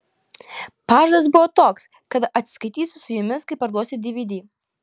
pažadas buvo toks kad atsiskaitysiu su jumis kai parduosiu dvd